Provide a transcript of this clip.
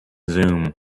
zoom